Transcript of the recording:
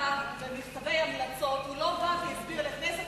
והתכסה במכתבי המלצות הוא לא הסביר לכנסת